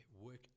work